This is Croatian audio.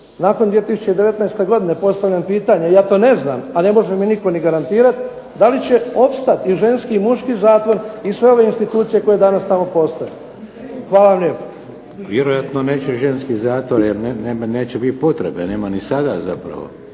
nakon 2019. godine postavljam pitanje, ja to ne znam, a ne može mi nitko ni garantirati da li će opstati i ženski i muški zatvor i sve ove institucije koje tamo postoje. Hvala vam lijepa. **Šeks, Vladimir (HDZ)** Vjerojatno neće ženski zatvor jer neće biti potrebe, nema ni sada zapravo.